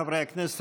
חברי הכנסת,